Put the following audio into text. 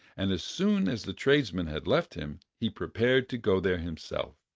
and as soon as the tradesman had left him, he prepared to go there himself.